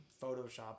Photoshop